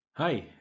Hi